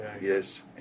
Yes